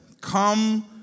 Come